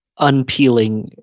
unpeeling